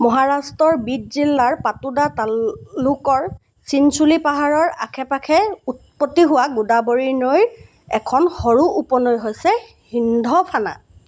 মহাৰাষ্ট্ৰৰ বীড জিলাৰ পাটোডা তালুকৰ চিনচোলী পাহাৰৰ আশে পাশে উৎপত্তি হোৱা গোদাবৰী নৈৰ এখন সৰু উপনৈ হৈছে সিন্ধফানা